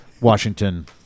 Washington